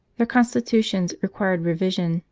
their constitutions required revision,